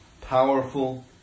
powerful